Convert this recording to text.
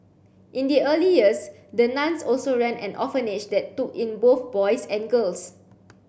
in the early years the nuns also ran an orphanage that took in both boys and girls